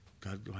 God